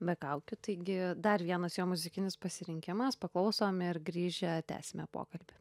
be kaukių taigi dar vienas jo muzikinis pasirinkimas paklausom ir grįžę tęsime pokalbį